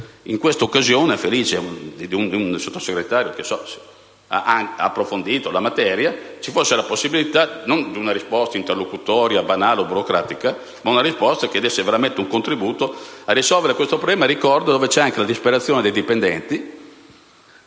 in questa occasione, felice della presenza di un Sottosegretario che ha approfondito la materia, ci fosse la possibilità, non di una risposta interlocutoria, banale o burocratica, ma di una risposta che desse un contributo a risolvere questo problema. Ricordo anche le difficoltà dei dipendenti,